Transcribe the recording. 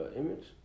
image